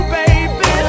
baby